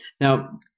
Now